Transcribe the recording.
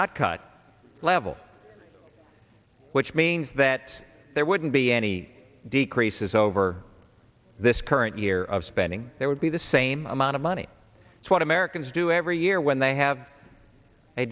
not cut level which means that there wouldn't be any decreases over this car and year of spending there would be the same amount of money it's what americans do every year when they have a